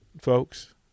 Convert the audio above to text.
folks